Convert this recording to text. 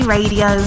Radio